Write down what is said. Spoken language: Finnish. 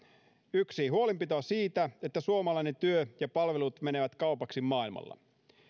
huolenpitoa siitä että suomalainen työ ja palvelut menevät kaupaksi maailmalla